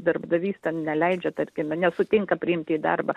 darbdavys ten neleidžia tarkime nesutinka priimti į darbą